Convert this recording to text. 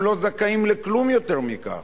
הם לא זכאים לכלום יותר מכך.